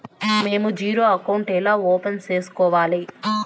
మేము zero account ఎలా open సేసుకోవాలి